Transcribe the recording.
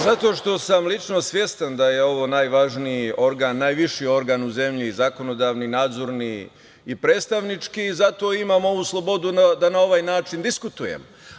Zato što sam lično svestan da je ovo najvažniji organ, najviši organ u zemlji, zakonodavni, nadzorni i predstavnički, zato imam ovu slobodu da na ovaj način diskutujemo.